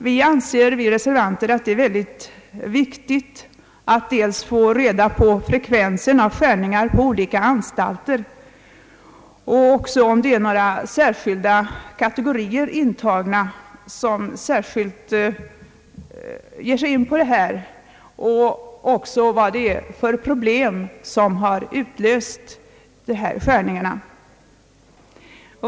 Vi reservanter anser att det är viktigt dels att få reda på frekvensen av skärningar på olika anstalter, dels också om det är några särskilda kategorier intagna som särskilt utsätter sig för detta, liksom vad det är för problem som utlöst skärningar.